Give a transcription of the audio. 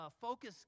focus